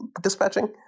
dispatching